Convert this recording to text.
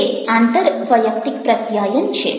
તે આંતરવૈયક્તિક પ્રત્યાયન છે